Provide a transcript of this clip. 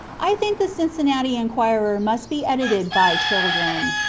i think the cincinnati enquirer must be edited by children.